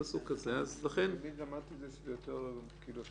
ולכן הם הביאו את התיקון לפתחה של